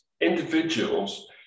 individuals